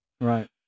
Right